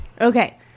Okay